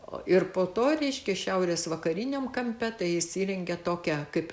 ir po to reiškia šiaurės vakariniam kampe tai jis įrengė tokią kaip